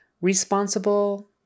Responsible